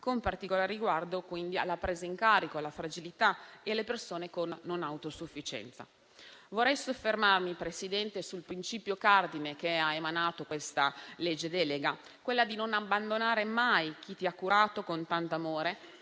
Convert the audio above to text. con particolare riguardo alla presa in carico, alla fragilità e alle persone con non autosufficienti. Vorrei soffermarmi sul principio cardine del presente disegno di legge delega, quello di non abbandonare mai chi ti ha curato con tanto amore,